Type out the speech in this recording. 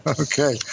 Okay